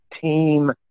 team